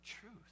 truth